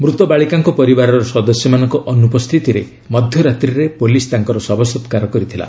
ମୃତ ବାଳିକାଙ୍କ ପରିବାରର ସଦସ୍ୟମାନଙ୍କ ଅନୁପସ୍ଥିତିରେ ମଧ୍ୟ ରାତ୍ରିରେ ପୁଲିସ୍ ତାଙ୍କର ଶବ ସତ୍କାର କରିଥିଲା